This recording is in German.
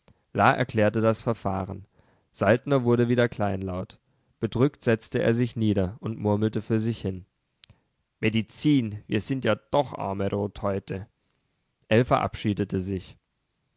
erklärte das verfahren saltner wurde wieder kleinlaut bedrückt setzte er sich nieder und murmelte für sich hin medizin wir sind ja doch arme rothäute ell verabschiedete sich